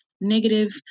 negative